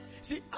see